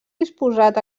disposat